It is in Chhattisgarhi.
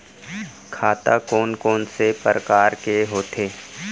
खाता कोन कोन से परकार के होथे?